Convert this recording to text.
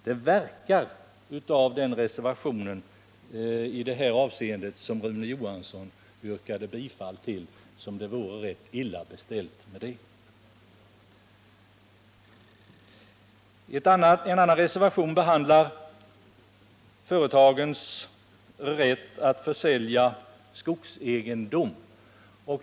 Det förefaller — av den reservation i det här avseendet som Rune Johansson yrkade bifall till — som om det vore rätt illa beställt på den punkten. En annan reservation behandlar företagens rätt att försälja skogsegendom.